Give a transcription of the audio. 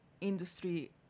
industry